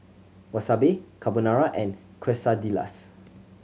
Wasabi Carbonara and Quesadillas